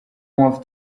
mpamvu